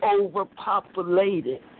overpopulated